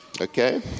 Okay